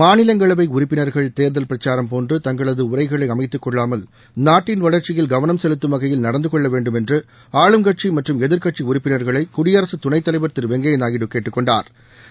மாநிலங்களவை உறுப்பினா்கள் தேர்தல் பிரச்சாரம் போன்று தங்களது உரைகளை அமைத்துக் கொள்ளாமல் நாட்டின் வளர்ச்சியில் கவனம் செலுத்தம் வகையில் நடந்துகொள்ள வேண்டும் என்று ஆளுங்கட்சி மற்றும் எதிர்க்கட்சி உறுப்பினர்களை குடியரசுத் துணைத்தலைவர் திரு வெங்கையா நாயுடு கேட்டுக்கொண்டாா்